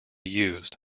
used